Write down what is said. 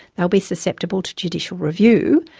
they'll be susceptible to judicial review.